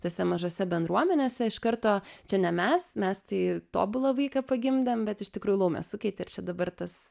tose mažose bendruomenėse iš karto čia ne mes mes tai tobulą vaiką pagimdėm bet iš tikrųjų laumės sukeitė ir čia dabar tas